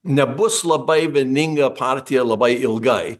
nebus labai vieninga partija labai ilgai